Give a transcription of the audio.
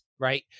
right